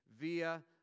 via